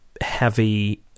heavy